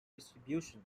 distribution